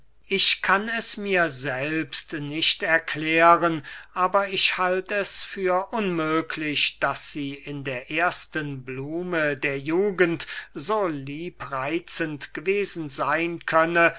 ich kann es mir selbst nicht erklären aber ich halt es für unmöglich daß sie in der ersten blume der jugend so liebreitzend gewesen seyn könne